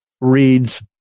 reads